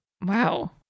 Wow